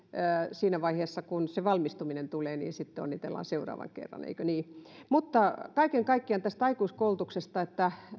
siinä vaiheessa kun se valmistuminen tulee onnitellaan seuraavan kerran eikö niin mutta kaiken kaikkiaan tästä aikuiskoulutuksesta